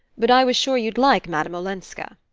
but i was sure you'd like madame olenska.